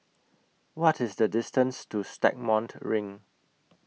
What IS The distance to Stagmont Ring